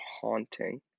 haunting